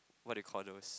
what do you call those